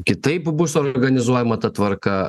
kitaip bus organizuojama ta tvarka